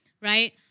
right